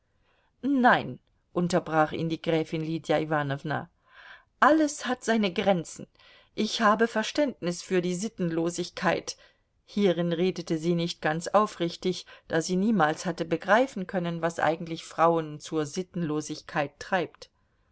nein unterbrach ihn die gräfin lydia iwanowna alles hat seine grenzen ich habe verständnis für die sittenlosigkeit hierin redete sie nicht ganz aufrichtig da sie niemals hatte begreifen können was eigentlich frauen zur sittenlosigkeit treibt